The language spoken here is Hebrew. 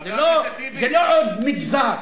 זה לא עוד מגזר.